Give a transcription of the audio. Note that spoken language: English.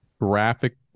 graphic